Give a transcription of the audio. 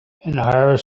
hire